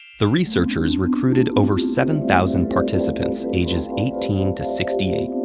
the researchers recruited over seven thousand participants ages eighteen to sixty eight.